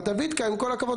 בדוידקה עם כל הכבוד,